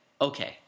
Okay